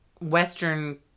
western